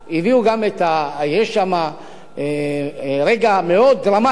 יש שם רגע מאוד דרמטי,